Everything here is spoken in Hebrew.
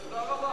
תודה רבה.